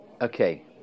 Okay